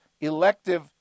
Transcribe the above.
elective